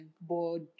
board